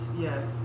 Yes